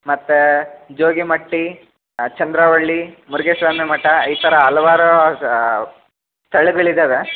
ಮತ್ತು ಜೋಗಿಮಟ್ಟಿ ಚಂದ್ರವಳ್ಳಿ ಮುರ್ಘಾಸ್ವಾಮಿ ಮಠ ಈ ಥರ ಹಲವಾರು ಸ್ಥಳಗಳು ಇದಾವೆ